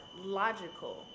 logical